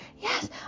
yes